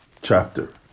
chapter